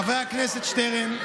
חבר הכנסת שטרן,